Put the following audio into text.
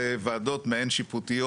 זה ועדות מעין שיפוטיות.